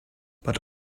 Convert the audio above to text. but